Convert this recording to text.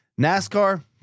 NASCAR